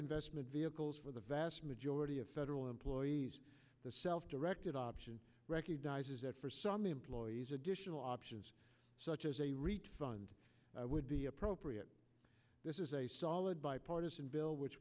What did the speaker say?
investment vehicles for the vast majority of federal employees the self directed option recognizes that for some employees additional options such as a refund i would be appropriate this is a solid bipartisan bill which